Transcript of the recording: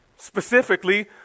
Specifically